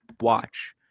watch